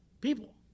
people